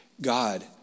God